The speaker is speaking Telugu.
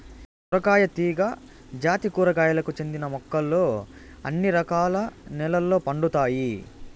సొరకాయ తీగ జాతి కూరగాయలకు చెందిన మొక్కలు అన్ని రకాల నెలల్లో పండుతాయి